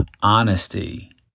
honesty